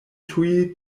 tuj